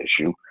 issue